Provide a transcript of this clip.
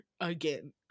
again